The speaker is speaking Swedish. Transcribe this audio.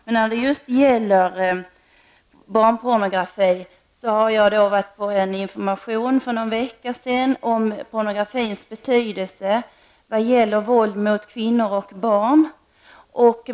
Men när det gäller barnpornografi har jag för en vecka sedan fått en information om pornografins betydelse vad gäller våld mot kvinnor och barn.